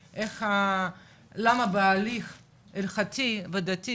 למה בהליך הלכתי ודתי,